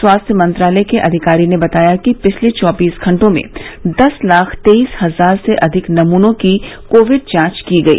स्वास्थ्य मंत्रालय के अधिकारी ने बताया कि पिछले चौबीस घंटों में दस लाख तेईस हजार से अधिक नमूनों की कोविड जांच की गई